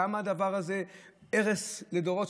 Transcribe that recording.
כמה הדבר הזה הרס לדורות,